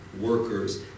workers